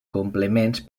complements